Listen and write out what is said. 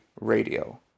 radio